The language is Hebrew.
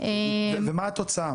מה התוצאה?